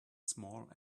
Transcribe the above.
small